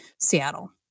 Seattle